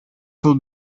шул